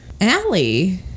Allie